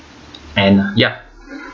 and yup